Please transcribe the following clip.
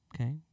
Okay